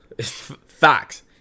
Facts